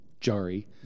Jari